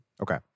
okay